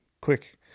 quick